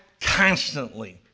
constantly